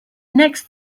next